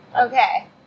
Okay